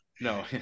No